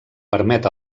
permet